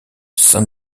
saint